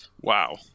Wow